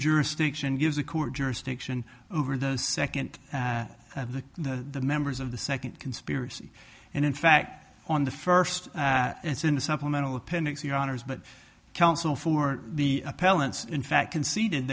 jurisdiction gives the court jurisdiction over the second the members of the second conspiracy and in fact on the first it's in the supplemental appendix your honour's but counsel for the appellants in fact conceded